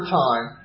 time